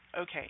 Okay